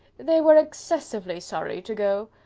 they were excessively sorry to go!